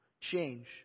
change